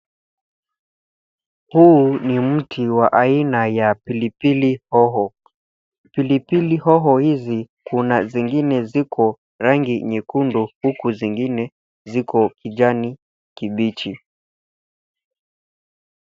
Huu ni mti wa aina ya pilipili hoho. Pilipili hoho hizi kuna zingine ziko rangi nyekundu huku zingine ziko kijani kibichi.